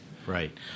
Right